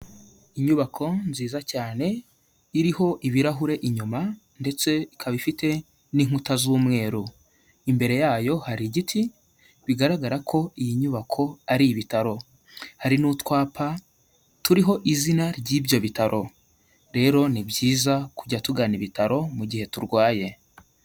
Inyubako nziza cyane iriho ibirahure inyuma ndetse ikaba ifite n'inkuta z'umweru, imbere yayo hari igiti bigaragara ko iyi nyubako ari ibitaro, hari n'utwapa turiho izina ry'ibyo bitaro, rero ni byiza kujya tugana ibitaro mu gihe turwaye.